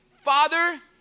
Father